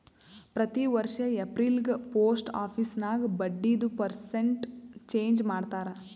ಪ್ರತಿ ವರ್ಷ ಎಪ್ರಿಲ್ಗ ಪೋಸ್ಟ್ ಆಫೀಸ್ ನಾಗ್ ಬಡ್ಡಿದು ಪರ್ಸೆಂಟ್ ಚೇಂಜ್ ಮಾಡ್ತಾರ್